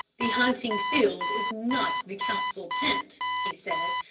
the hunting field is not the council tent, he said.